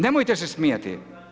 Nemojte se smijati.